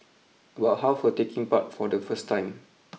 about half were taking part for the first time